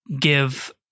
give